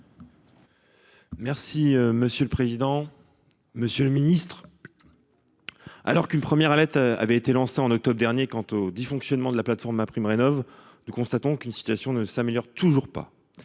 Merci monsieur le président. Monsieur le Ministre. Alors qu'une première allaite avait été lancée en octobre dernier. Quant aux dysfonctionnements de la plateforme MaPrimeRénov du constatons qu'une situation ne s'améliore toujours pas.